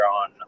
on